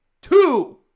two